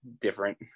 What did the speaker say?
different